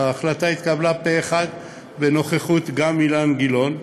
ההחלטה התקבלה פה-אחד גם בנוכחות אילן גילאון,